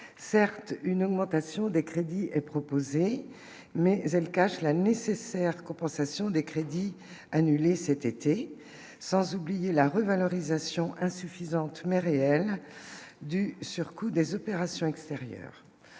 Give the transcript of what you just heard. certes, une augmentation des crédits et proposer mais elle cache la nécessaire compensation des crédits annulés c'était et sans oublier la revalorisation insuffisante mais réelle du surcoût des opérations extérieures,